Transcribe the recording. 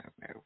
no